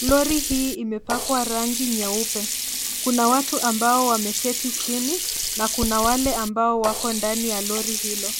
Lori hii imepakwa rangi nyeupe. Kuna watu ambao wameketi chini na kuna wale ambao wako ndani ya lori hilo.